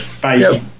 Bye